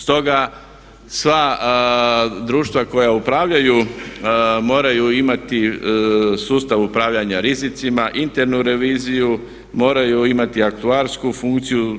Stoga sva društva koja upravljaju moraju imati sustav upravljanja rizicima, internu reviziju, moraju imati aktuarsku funkciju.